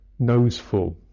noseful